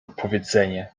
powiedzenie